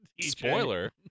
Spoiler